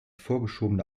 vorgeschobene